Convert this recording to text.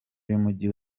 y’umujyi